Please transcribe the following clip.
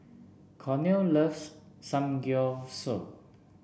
Cornel loves Samgyeopsal